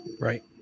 Right